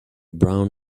brown